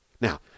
Now